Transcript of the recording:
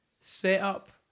setup